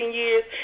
years